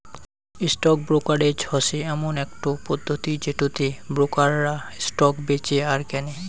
stock brokerage হসে এমন একটো পদ্ধতি যেটোতে ব্রোকাররা স্টক বেঁচে আর কেনে